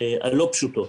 הלא פשוטות,